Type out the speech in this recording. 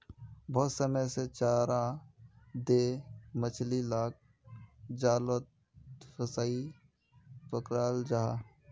बहुत समय से चारा दें मछली लाक जालोत फसायें पक्राल जाहा